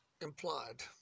implied